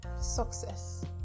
success